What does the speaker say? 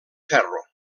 ferro